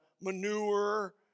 manure